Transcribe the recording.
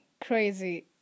Crazy